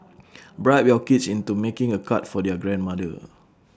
bribe your kids into making A card for their grandmother